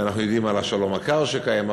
ואנחנו יודעים על השלום הקר שקיים.